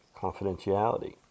confidentiality